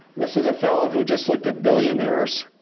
this is a fella who just looked at billionaires.